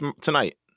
tonight